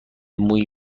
مویی